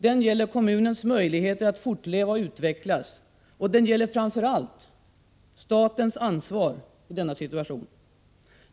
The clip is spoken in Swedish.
Den gäller kommunens möjligheter att fortleva och utvecklas. Den gäller framför allt statens ansvar i denna situation.